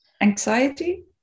anxiety